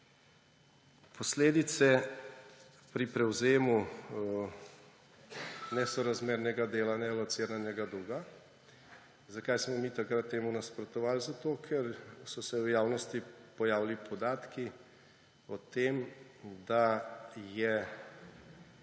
Posledice pri prevzemu nesorazmernega dela nealociranega dolga. Zakaj smo mi takrat temu nasprotovali? Zato ker so se v javnosti pojavili podatki o tem, da je